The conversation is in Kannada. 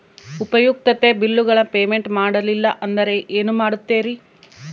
ಉಪಯುಕ್ತತೆ ಬಿಲ್ಲುಗಳ ಪೇಮೆಂಟ್ ಮಾಡಲಿಲ್ಲ ಅಂದರೆ ಏನು ಮಾಡುತ್ತೇರಿ?